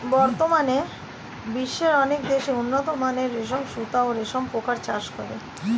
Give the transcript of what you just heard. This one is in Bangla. বর্তমানে বিশ্বের অনেক দেশ উন্নতমানের রেশম সুতা ও রেশম পোকার চাষ করে